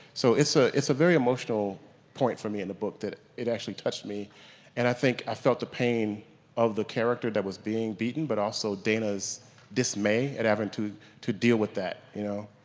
so it's ah it's a very emotional point for me in the book that it actually touched me and i think i felt the pain of the character that was being beaten, but also dana's dismay at having to to deal with that, you know,